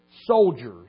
soldiers